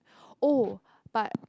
oh but